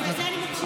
בגלל זה אני מקשיבה.